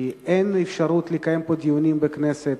כי אין אפשרות לקיים פה דיונים בכנסת,